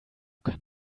kann